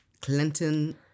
Clinton-